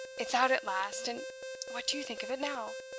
it's out at last. and what do you think of it now?